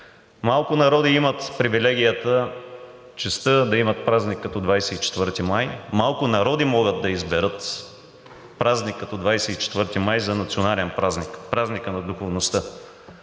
Малко народи имат привилегията и честта да имат празник като 24 май. Малко народи могат да изберат празник като 24 май за национален празник – празникът на духовността.